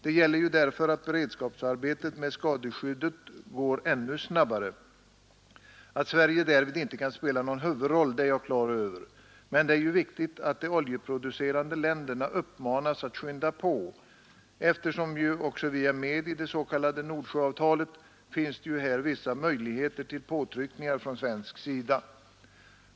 Det gäller ju därför att beredskapsarbetet med skadeskyddet går ännu snabbare. Att Sverige därvid inte kan spela någon huvudroll är jag på det klara med. Men det är ju viktigt att de oljeproducerande länderna uppmanas att skynda på. Eftersom ju också vi är med i det s.k. Nordsjöavtalet, finns det ju här vissa möjligheter till påtryckningar från svensk sida.